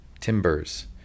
timbers